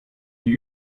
die